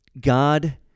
God